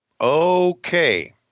Okay